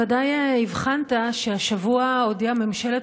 בוודאי הבחנת שהשבוע הודיעה ממשלת